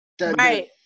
right